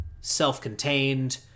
self-contained